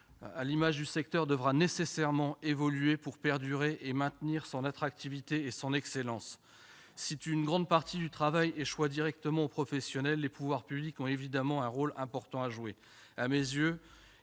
à l'image du secteur, devra nécessairement évoluer pour perdurer et maintenir son attractivité et son excellence. Si une grande partie du travail échoit directement aux professionnels, les pouvoirs publics ont évidemment un rôle important à jouer.